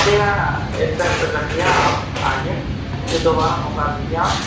ٹھیک ہے ایکسپٹ کر لیا آپ آئیے پھر دوبارہ موقعہ دیجیے آپ